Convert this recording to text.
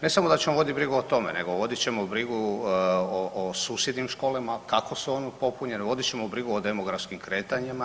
Ne samo da ćemo vodit brigu o tome, nego vodit ćemo brigu o susjednim školama, kako su one popunjene, vodit ćemo brigu o demografskim kretanjima.